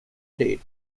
date